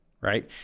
Right